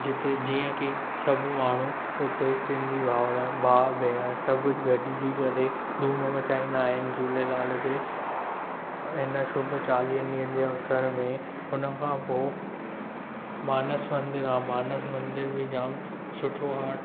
जिते जीअं की सभु माण्हू हुते सिंधी भाउर भाउ भेण सभु गॾिजी करे धूम मचाईंदा आहिनि झूलेलाल जे हिन शुभु चालीहनि ॾींहंनि जे अवसर में हुनखां पोइ मानस मंदरु आहे मानस मंदरु बि जाम सुठो आहे